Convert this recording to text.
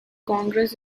congress